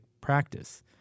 practice